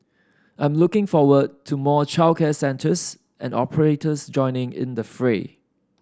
I'm looking forward to more childcare centres and operators joining in the fray